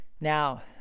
now